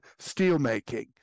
steelmaking